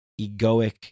egoic